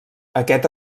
aquest